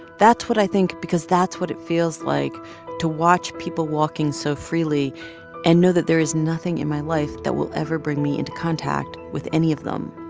that's what i think because that's what it feels like to watch people walking so freely and know that there is nothing in my life that will ever bring me into contact with any of them.